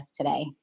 today